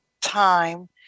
time